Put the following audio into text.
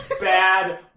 Bad